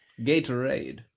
Gatorade